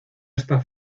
esta